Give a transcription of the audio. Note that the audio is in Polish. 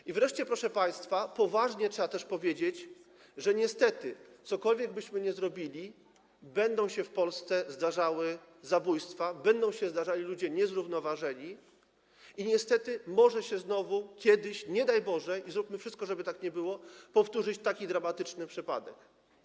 I wreszcie, proszę państwa, poważnie trzeba też powiedzieć, że niestety, cokolwiek byśmy zrobili, będą się w Polsce zdarzały zabójstwa, będą się zdarzali ludzie niezrównoważeni i niestety może się znowu kiedyś, nie daj Boże, i zróbmy wszystko, żeby tak nie było, powtórzyć taki dramatyczny przypadek.